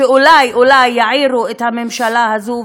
שאולי אולי יעירו את הממשלה הזו,